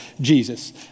Jesus